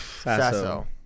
Sasso